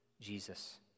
Jesus